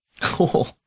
Cool